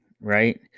right